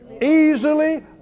Easily